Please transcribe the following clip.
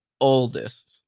oldest